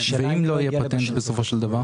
ואם לא יהיה פטנט בסופו של דבר?